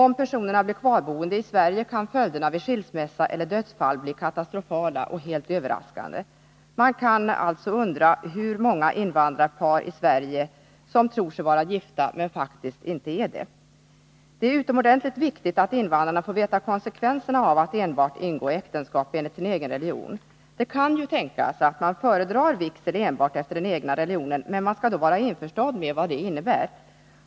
Om personerna blir kvarboende i Sverige kan följderna vid skilsmässa eller dödsfall bli katastrofala — och helt överraskande. Man kan alltså undra hur många invandrarpar i Sverige som tror sig vara gifta men faktiskt inte är det. Det är utomordentligt viktigt att invandrarna får veta konsekvenserna av att ingå äktenskap enbart enligt sin egen religion. Det kan ju tänkas att man föredrar vigsel enbart efter den egna religionen, men man skall då ha klart för sig vad det innebär.